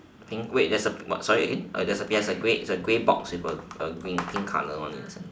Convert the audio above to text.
I think wait there's a sorry again there's a it's a grey it's a grey box with the green pink colour one inside